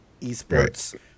esports